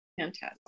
Fantastic